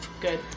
Good